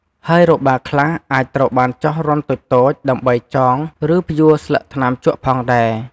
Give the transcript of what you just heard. ហើយរបារខ្លះអាចត្រូវបានចោះរន្ធតូចៗ ដើម្បីចង ឬព្យួរស្លឹកថ្នាំជក់ផងដែរ។